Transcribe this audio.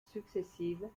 successives